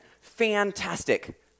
Fantastic